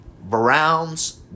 Browns